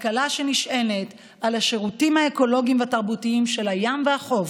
כלכלה שנשענת על השירותים האקולוגיים והתרבותיים של הים והחוף,